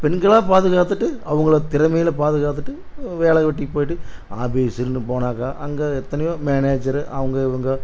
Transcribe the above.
பெண்களாக பாதுகாத்துட்டு அவங்களை திறமையில் பாதுகாத்துகிட்டு வேலை வெட்டிக்கு போய்விட்டு ஆபிஸ்ஸுன்னு போனாக்கால் அங்கே எத்தனையோ மேனேஜரு அவங்க இவங்க